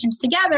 together